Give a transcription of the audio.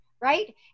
right